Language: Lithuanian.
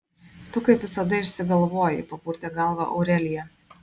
tu kaip visada išsigalvoji papurtė galvą aurelija